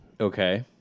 Okay